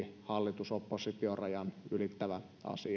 hallitus oppositio rajan ylittävä